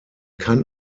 kann